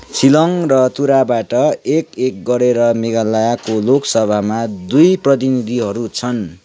सिलोङ र तुराबाट एक एक गरेर मेघालयको लोकसभामा दुई प्रतिनिधिहरू छन्